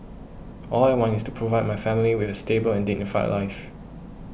all I want is to provide my family with a stable and dignified life